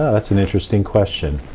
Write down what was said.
that's an interesting question.